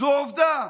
זו עובדה.